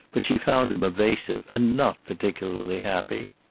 but she found him evasive and not particularly happy.